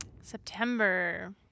September